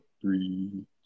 three